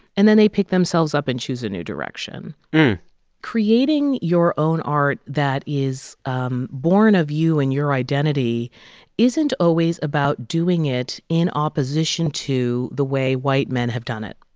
and then they pick themselves up and choose a new direction creating your own art that is um born of you and your identity isn't always about doing it in opposition to the way white men have done it.